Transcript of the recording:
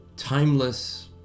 Timeless